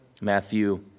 Matthew